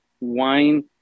wine